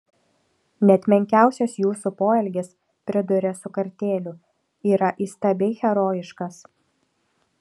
net menkiausias jūsų poelgis priduria su kartėliu yra įstabiai herojiškas